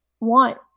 want